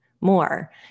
more